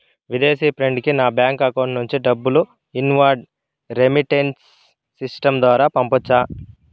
విదేశీ ఫ్రెండ్ కి నా బ్యాంకు అకౌంట్ నుండి డబ్బును ఇన్వార్డ్ రెమిట్టెన్స్ సిస్టం ద్వారా పంపొచ్చా?